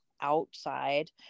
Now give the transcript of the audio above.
outside